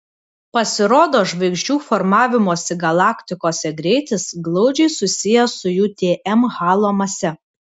pasirodo žvaigždžių formavimosi galaktikose greitis glaudžiai susijęs su jų tm halo mase